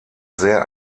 sehr